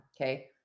okay